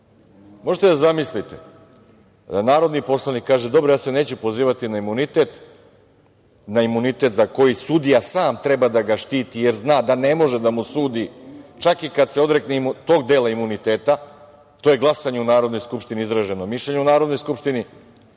Možete da zamislite, narodni poslanik kaže – dobro, ja se neću pozivati na imunitet, na imunitet za koji sudija sam treba da ga štiti jer zna da ne može da mu sudi čak i kad se odrekne tog dela imuniteta. To je glasanje u Narodnoj skupštini i izraženo mišljenje u Narodnoj skupštini,